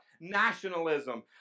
nationalism